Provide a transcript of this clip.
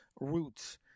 roots